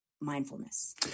mindfulness